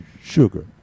sugar